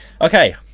okay